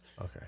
okay